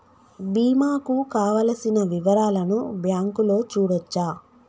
బీమా కు కావలసిన వివరాలను బ్యాంకులో చూడొచ్చా?